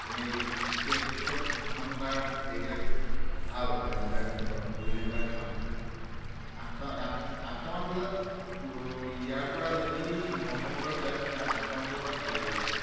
তেনেকে চব মানে হেৰিবিলাক তাৰ ভাল মানে সুবিধাবিলাক ভাল আঠটা আঠ আঠটামান বজাত ইয়াৰ পৰা যদি নটামান বজাত যায় তাতে আঠটামান বজাত তাত পাই যায়গৈ